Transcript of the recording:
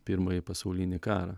pirmąjį pasaulinį karą